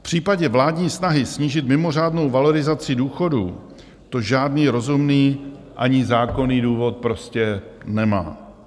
V případě vládní snahy snížit mimořádnou valorizaci důchodů to žádný rozumný ani zákonný důvod prostě nemá.